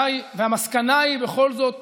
והמסקנה היא בכל זאת